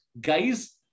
guys